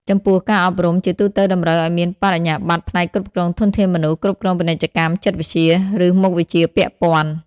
ចំពោះ ការអប់រំ ជាទូទៅតម្រូវឱ្យមានបរិញ្ញាបត្រផ្នែកគ្រប់គ្រងធនធានមនុស្ស គ្រប់គ្រងពាណិជ្ជកម្ម ចិត្តវិទ្យា ឬមុខវិជ្ជាពាក់ព័ន្ធ។